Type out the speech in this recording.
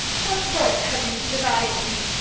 what right have you to deny it me?